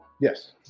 Yes